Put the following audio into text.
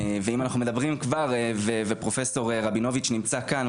ואם אנחנו מדברים כבר ופרופ' רבינוביץ נמצא כאן,